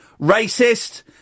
Racist